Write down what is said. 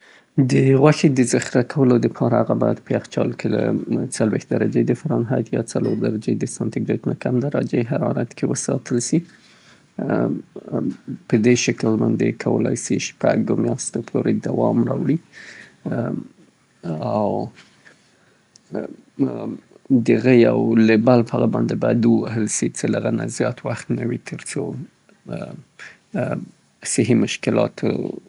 غوښه بیا د زیات وخت لپاره که چیرې وساتل سي. باید له څلورو درجو د سانتي ګیرید نه ټیټه درجه د حرارت او یاهم د څلویښتو درجو د فرانهایت نه ټیټه درجه د حرارت کې وساتل سي. هغه باید داسې شکل باندې بسته بندي سي چه یا پلاستیک یا المونیمي کڅوړو کې وپوښل.